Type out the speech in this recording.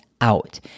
out